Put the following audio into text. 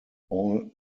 all